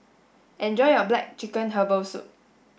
enjoy your black chicken herbal soup